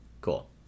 Cool